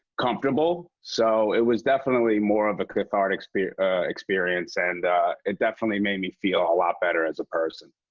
comfortable. so it was definitely more of a cathartic experience, and it definitely made me feel lot better as a person.